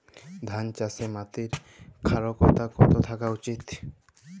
ধান চাষে মাটির ক্ষারকতা কত থাকা উচিৎ?